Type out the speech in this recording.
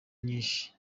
nyinshi